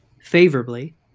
favorably